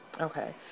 Okay